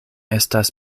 estas